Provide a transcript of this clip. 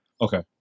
Okay